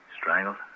Strangled